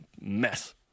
mess